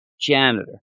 janitor